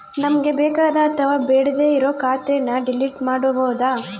ನಮ್ಗೆ ಬೇಕಾದ ಅಥವಾ ಬೇಡ್ಡೆ ಇರೋ ಖಾತೆನ ಡಿಲೀಟ್ ಮಾಡ್ಬೋದು